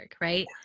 right